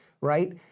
right